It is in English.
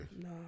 no